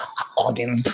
according